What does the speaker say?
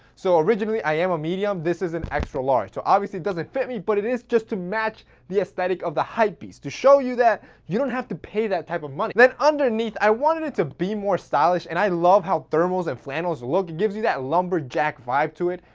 so originally i am a medium, this is an extra-large so obviously it doesn't fit me but it is just to match the aesthetic of the hype beast. to show you that you don't have to pay that type of money, then underneath i wanted it to be more stylish, and i love how thermals and flannels look it gives you that lumberjack vibe to it.